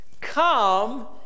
come